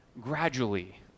gradually